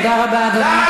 תודה רבה, אדוני.